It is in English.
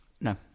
No